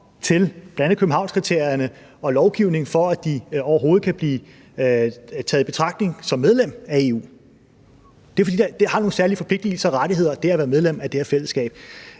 til bl.a. Københavnskriterierne og lovgivningen, for at de overhovedet kan blive taget i betragtning som medlem af EU. Det er jo, fordi det er forbundet med nogle særlige forpligtelser og rettigheder at være medlem af det her fællesskab.